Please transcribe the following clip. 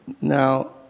Now